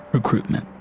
recruitment.